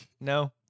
No